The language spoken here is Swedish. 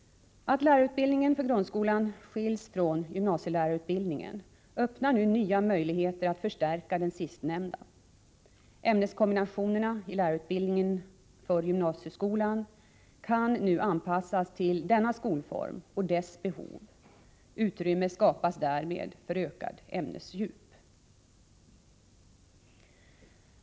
Att lärarutbildningen för grundskolan skiljs från gymnasielärarutbildningen öppnar nya möjligheter att förstärka den sistnämnda. Ämneskombinationerna i lärarutbildningen för gymnasieskolan kan nu anpassas till denna skolform och dess behov. Utrymme skapas därmed för ökat ämnesdjup.